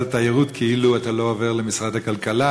התיירות כאילו אתה לא עובר למשרד הכלכלה,